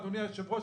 אדוני היושב-ראש,